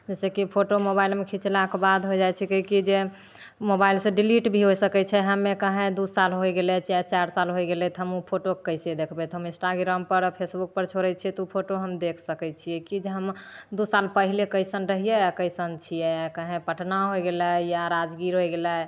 जइसेकि फोटो मोबाइलमे खिचलाके बाद होइ जाइ छिकै कि जे मोबाइलसे डिलीट भी होइ सकै छै हमे कहैँ दुइ साल होइ गेलै चाहे चारि साल होइ गेलै तऽ हम ओ फोटो कइसे देखबै तऽ हम इन्स्टाग्रामपर फेसबुकपर छोड़ै छिए तऽ ओ फोटो हम देखि सकै छिए कि जे हम दुइ साल पहिले कइसन रहिए आओर कइसन छिए आओर कहैँ पटना होइ गेलै या राजगीर होइ गेलै